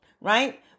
right